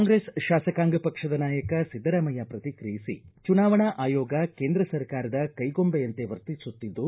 ಕಾಂಗ್ರೆಸ್ ಶಾಸಕಾಂಗ ಪಕ್ಷದ ನಾಯಕ ಸಿದ್ದರಾಮಯ್ಯ ಪ್ರತಿಕ್ರಿಯಿಸಿ ಚುನಾವಣಾ ಆಯೋಗ ಕೇಂದ್ರ ಸರ್ಕಾರದ ಕೈಗೊಂಬೆಯಂತೆ ವರ್ತಿಸುತ್ತಿದ್ದು